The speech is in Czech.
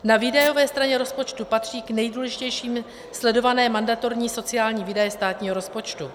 Na výdajové straně rozpočtu patří k nejdůležitějším sledované mandatorní sociální výdaje státního rozpočtu.